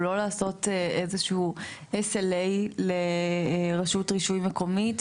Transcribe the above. לא לעשות איזשהו SLA לרשות רישוי מקומית,